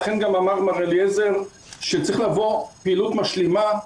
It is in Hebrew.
לכן אמר גם אליעזר שצריכה לבוא פעילות משלימה,